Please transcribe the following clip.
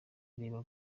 ureba